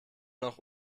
noch